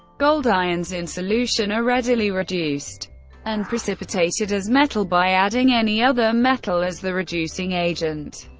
gold ions in solution are readily reduced and precipitated as metal by adding any other metal as the reducing agent.